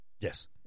Yes